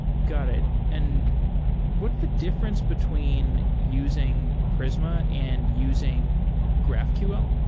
got it. and what's the difference between using prisma and using graphql?